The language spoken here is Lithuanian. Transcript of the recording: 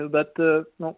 bet nu